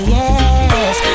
yes